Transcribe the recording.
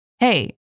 Hey